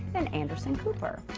and anderson cooper.